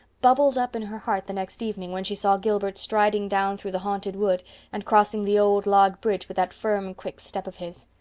bubbled up in her heart the next evening, when she saw gilbert striding down through the haunted wood and crossing the old log bridge with that firm, quick step of his.